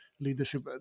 leadership